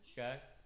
Okay